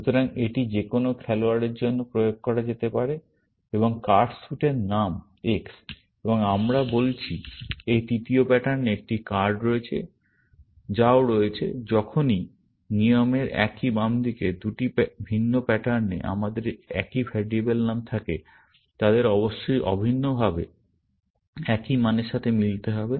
সুতরাং এটি যে কোনও খেলোয়াড়ের জন্য প্রয়োগ করা যেতে পারে এবং কার্ড স্যুটের নাম X এবং আমরা বলছি এই তৃতীয় প্যাটার্নে একটি কার্ড রয়েছে যাও রয়েছে যখনই নিয়মের একই বাম দিকে দুটি ভিন্ন প্যাটার্নে আমাদের একই ভ্যারিয়েবল নাম থাকে তাদের অবশ্যই অভিন্নভাবে একই মানের সাথে মিলতে হবে